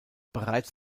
bereits